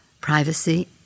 privacy